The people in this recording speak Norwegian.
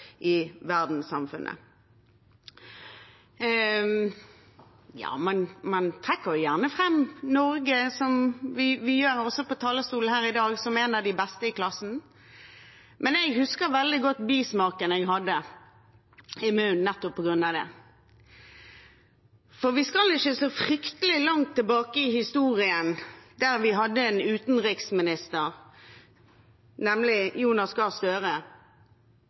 i verdenssamfunnet. Man trekker gjerne fram Norge, som vi gjør her på talerstolen i dag også, som en av de beste i klassen. Men jeg husker veldig godt bismaken jeg hadde i munnen nettopp på grunn av det. For vi skal ikke så fryktelig langt tilbake i historien, da vi hadde en utenriksminister, nemlig Jonas Gahr Støre,